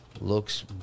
Looks